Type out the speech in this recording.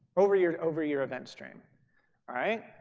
over year over year event stream. all right.